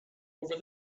over